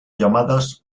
llamadas